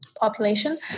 population